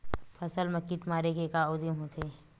फसल मा कीट मारे के का उदिम होथे?